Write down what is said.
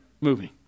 moving